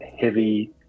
heavy